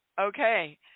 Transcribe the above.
Okay